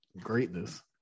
greatness